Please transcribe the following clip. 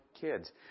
kids